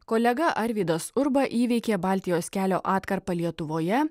kolega arvydas urba įveikė baltijos kelio atkarpą lietuvoje